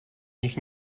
nich